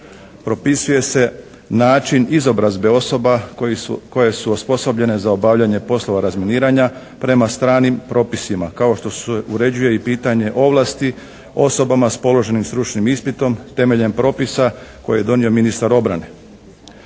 Propisuje se način izobrazbe osoba koje su osposobljene za obavljanje poslova razminiranja prema stranim propisima kao što se uređuje i pitanje ovlasti osobama s položenim stručnim ispitom temeljem propisa koje je donio ministar obrane.